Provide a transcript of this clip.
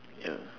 ya